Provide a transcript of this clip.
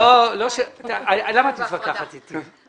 למה את מתווכחת אתי?